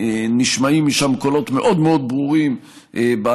נשמעים משם קולות מאוד מאוד ברורים באשר